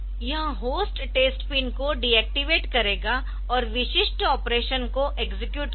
यह host test pin को deactivate करेगा और विशिष्ट ऑपरेशन को एक्सेक्यूट करेगा